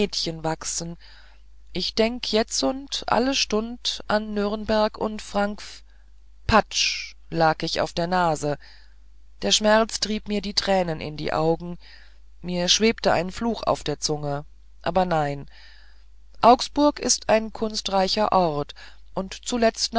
wachsen ich denk jetzund alle stund an nürnberg und frankf patsch lag ich auf der nase der schmerz trieb mir die tränen in die augen mir schwebte ein fluch auf der zunge aber nein augsburg ist ein kunstreicher ort und zuletzt